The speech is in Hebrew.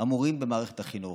המורים במערכת החינוך,